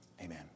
amen